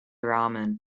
ramen